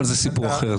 אבל זה סיפור אחר,